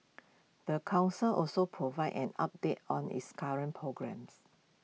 the Council also provided an update on its current programmes